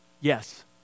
Yes